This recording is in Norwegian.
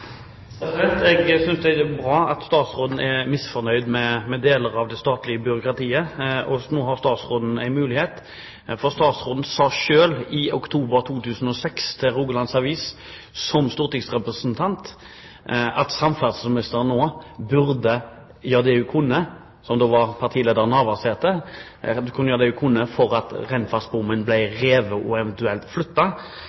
Jeg synes det er bra at statsråden er misfornøyd med deler av det statlige byråkratiet, og nå har statsråden en mulighet. Statsråden sa selv i oktober 2006 til Rogalands Avis, som stortingsrepresentant, at samferdselsministeren, som da var partileder Navarsete, burde gjøre det hun kunne